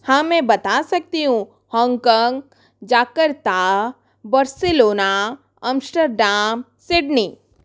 हाँ मैं बता सकती हूँ Hong Kong Jakarta Barcelona Amsterdam Sydney